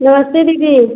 नमस्ते दीदी